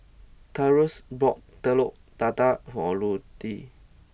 Taurus bought Telur Dadah for Ruthie